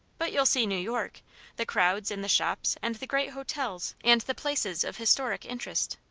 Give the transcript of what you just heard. but you'll see new york the crowds and the shops and the great hotels and the places of historic interest.